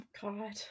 God